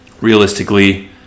realistically